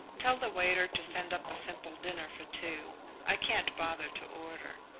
tell the waiter to send up a simple dinner for two i can't bother to order.